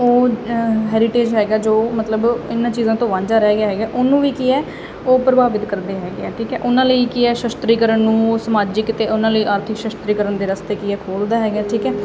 ਉਹ ਹੈਰੀਟੇਜ ਹੈਗਾ ਜੋ ਮਤਲਬ ਇਹਨਾਂ ਚੀਜ਼ਾਂ ਤੋਂ ਵਾਂਝਾ ਰਹਿ ਗਿਆ ਹੈਗਾ ਉਹਨੂੰ ਵੀ ਕੀ ਹੈ ਉਹ ਪ੍ਰਭਾਵਿਤ ਕਰਦੇ ਹੈਗੇ ਆ ਠੀਕ ਹੈ ਉਹਨਾਂ ਲਈ ਕੀ ਹੈ ਸ਼ਸਤਰੀਕਰਨ ਨੂੰ ਸਮਾਜਿਕ ਅਤੇ ਉਹਨਾਂ ਲਈ ਆਰਥਿਕ ਸ਼ਸਤਰੀਕਰਨ ਦੇ ਰਸਤੇ ਕੀ ਹੈ ਖੋਲਦਾ ਹੈਗਾ ਠੀਕ ਹੈ